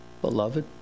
Beloved